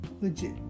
Legit